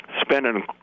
spending